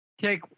take